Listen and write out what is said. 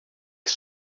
que